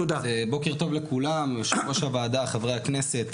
בוקר טוב לכולם, יושב-ראש הוועדה, חברי הכנסת.